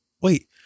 Wait